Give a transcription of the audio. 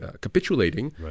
capitulating